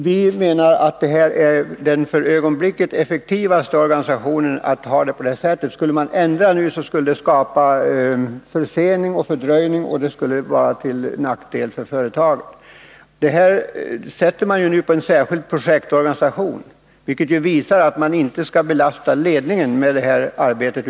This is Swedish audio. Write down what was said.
Vi menar att det för ögonblicket är effektivast att göra på det sättet. Skulle man nu göra förändringar skulle det bli förseningar och dröjsmål, vilket skulle vara till nackdel för företaget och för de anställda. Nu skapar man en särskild projektorganisation, vilket visar att man inte vill belasta ledningen med det här arbetet.